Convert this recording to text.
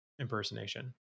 impersonation